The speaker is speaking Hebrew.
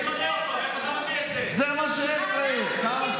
מי אמר שאני שונא אותו?